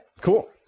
Cool